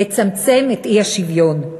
לצמצם את האי-שוויון.